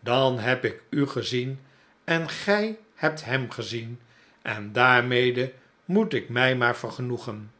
dan heb ik u gezien en gij hebt hem gezien en daarmede moet ik mij maar vergenoegen